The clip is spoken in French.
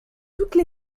toutes